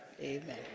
Amen